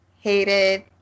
hated